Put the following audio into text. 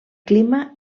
clima